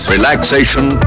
Relaxation